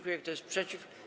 Kto jest przeciw?